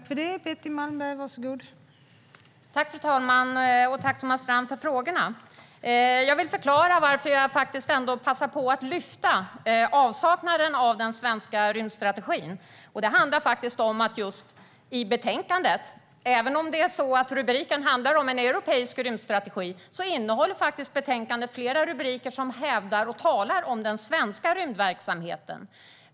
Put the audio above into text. Fru talman! Tack, Thomas Strand, för frågorna! Jag vill förklara varför jag passade på att lyfta fram avsaknaden av den svenska rymdstrategin. Det handlar om att betänkandet, även om rubriken är En europeisk rymdstrategi , innehåller flera rubriker som talar om den svenska rymdverksamheten.